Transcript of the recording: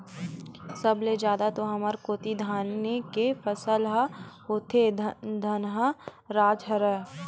सब ले जादा तो हमर कोती धाने के फसल ह होथे धनहा राज हरय